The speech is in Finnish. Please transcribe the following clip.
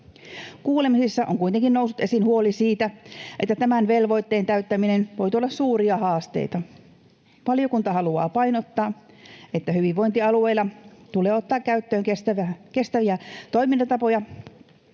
Kuulemisissa on kuitenkin noussut esiin huoli siitä, että tämän velvoitteen täyttäminen voi tuoda suuria haasteita. Valiokunta haluaa painottaa, että hyvinvointialueilla tulee ottaa käyttöön kestäviä toimintatapoja